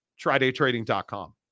Tridaytrading.com